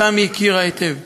שאותם היא הכירה היטב.